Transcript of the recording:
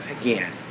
Again